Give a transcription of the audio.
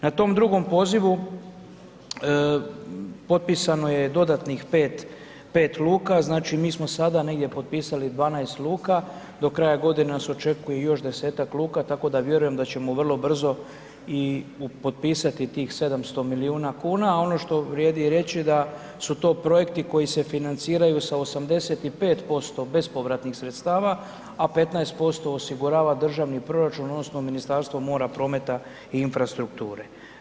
Na tom drugom pozivu potpisano je dodatnih 5 luka, znači mi smo sada negdje potpisali 12 luka, do kraja godine nas očekuje još 10-ak luka tako da vjerujem da ćemo vrlo brzo i potpisati tih 700 milijuna kuna a ono što vrijedi reći je da su to projekti koji se financiraju sa 85% bespovratnih sredstava a 15% osigurava državni proračun odnosno Ministarstvo mora, prometa i infrastrukture.